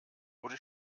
wurde